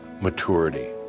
maturity